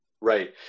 Right